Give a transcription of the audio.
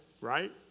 right